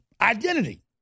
identity